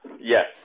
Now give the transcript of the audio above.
Yes